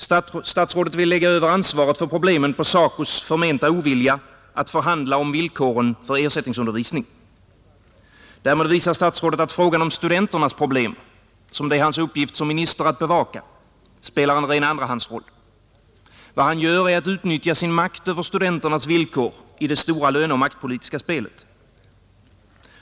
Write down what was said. Statsrådet vill lägga över ansvaret för problemen på SACO:s förmenta ovilja att förhandla om villkoren för ersättningsundervisning. Därmed visar statsrådet att frågan om studenternas problem — som det är hans uppgift som minister att bevaka — spelar en ren andrahandsroll. Vad han gör är att utnyttja sin makt över studenternas villkor i det stora löneoch maktpolitiska spelet.